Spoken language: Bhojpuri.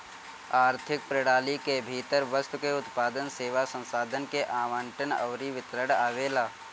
आर्थिक प्रणाली के भीतर वस्तु के उत्पादन, सेवा, संसाधन के आवंटन अउरी वितरण आवेला